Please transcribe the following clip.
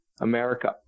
America